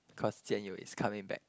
cause Jian-Yong is coming back